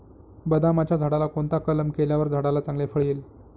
बदामाच्या झाडाला कोणता कलम केल्यावर झाडाला चांगले फळ येईल?